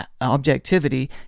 objectivity